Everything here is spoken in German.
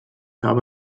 habe